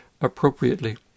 appropriately